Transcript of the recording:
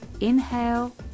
inhale